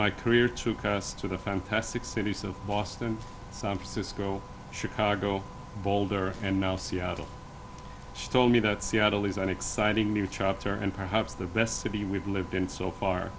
my career took us to the fantastic cities of boston san francisco chicago boulder and now seattle she told me that seattle is an exciting new chapter and perhaps the best city we've lived in so far